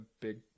big